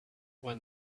when